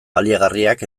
baliagarriak